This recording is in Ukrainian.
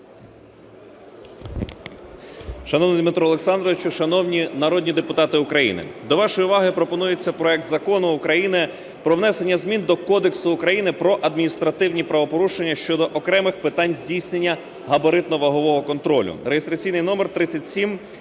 Дмитре Олександровичу, шановні народні депутати України! До вашої уваги пропонується проект Закону України про внесення змін до Кодексу України про адміністративні правопорушення щодо окремих питань здійснення габаритно-вагового контролю